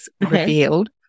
revealed